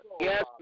Yes